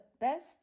best